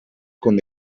con